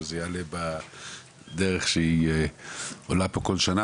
שזה יעלה בדרך שהיא עולה פה כל שנה,